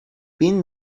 pin